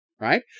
right